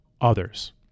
others